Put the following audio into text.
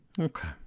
Okay